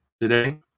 today